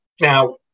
Now